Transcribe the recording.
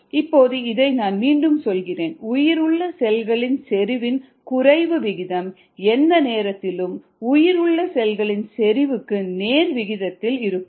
இப்போது இதை நான் மீண்டும் சொல்கிறேன் உயிருள்ள செல்களின் செறிவின் குறைவு விகிதம் எந்த நேரத்திலும் உயிருள்ள செல்களின் செறிவுக்கு நேர் விகிதத்தில் இருக்கும்